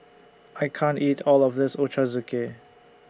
I can't eat All of This Ochazuke